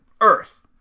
Earth